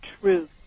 truth